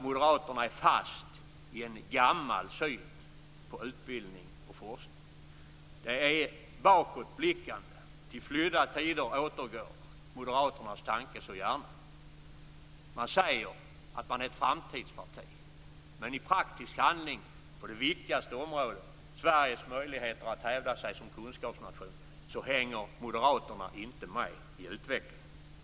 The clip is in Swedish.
Moderaterna är fast i en gammal syn på utbildning och forskning. Det är ett bakåtblickande. Till flydda tider återgår Moderaternas tanke så gärna. Moderaterna säger att man är ett framtidsparti, men i praktiskt handling hänger man på det viktigaste området - Sveriges möjligheter att hävda sig som kunskapsnation - inte med i utvecklingen.